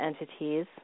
entities